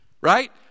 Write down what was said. Right